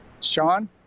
Sean